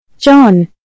John